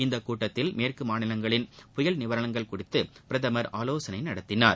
இந்த கூட்டத்தில் மேற்கு மாநிலங்களில் புயல் நிலவரங்கள் குறித்தும் பிரதமர் ஆலோசனை நடத்தினார்